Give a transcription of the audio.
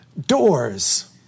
doors